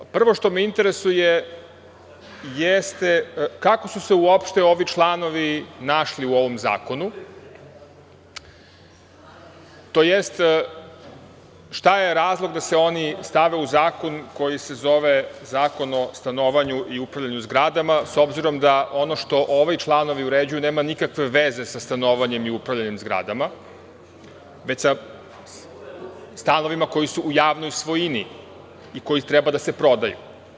Prvo što me interesuje jeste kako su se uopšte ovi članovi našli u ovom zakonu, tj. šta je razlog da se oni stave u zakon koji se zove Zakon o stanovanju i upravljanju zgradama, s obzirom da ono što ovi članovi uređuju nema nikakve veze sa stanovanje upravljanjem zgradama, već sa stanovima koji su u javnoj svojini i koji treba da se prodaju?